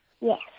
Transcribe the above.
Yes